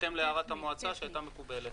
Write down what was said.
בהתאם להערת המועצה שהיתה מקובלת.